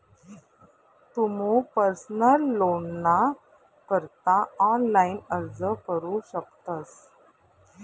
तुमू पर्सनल लोनना करता ऑनलाइन अर्ज करू शकतस